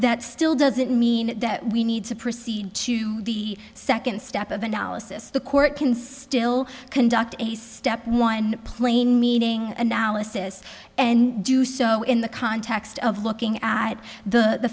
that still doesn't mean that we need to proceed to the second step of analysis the court can still conduct a step one plain meaning analysis and do so in the context of looking at the